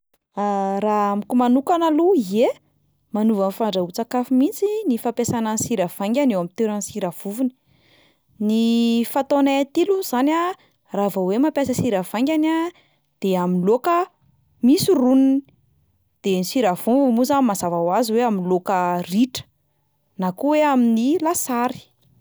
Raha amiko manokana aloha ie, manova ny fandrahoan-tsakafo mihitsy ny fampiasana ny sira vaingana eo amin'ny toeran'ny sira vovony, ny fataonay aty alohany zany a raha vao hoe mampiasa sira vaingana de amin'ny laoka misy roniny, de ny sira vovony moa zany mazava ho azy hoe amin'ny laoka ritra na koa hoe amin'ny lasary.